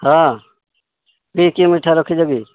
ହଁ କି କି ମିଠା ରଖିଛ କି